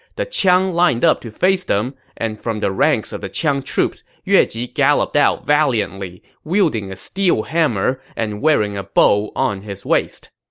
the qiang lined up to face them, and from the ranks of the qiang troops, yue ji galloped out valiantly, wielding a steel hammer and wearing a bow on his waist.